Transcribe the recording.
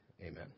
amen